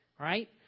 Right